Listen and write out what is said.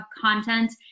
content